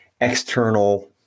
external